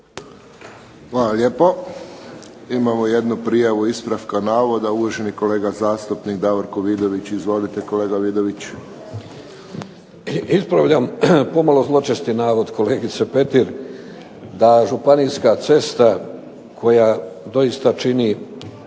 Hvala lijepo. Imamo jednu prijavu ispravka navoda, uvaženi kolega zastupnik Davorko Vidović. Izvolite kolega Vidović. **Vidović, Davorko (SDP)** Ispravljam pomalo zločesti navod kolegice Petir, da županijska cesta koja doista čini